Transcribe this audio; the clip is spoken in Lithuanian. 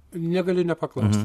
negaliu nepaklaust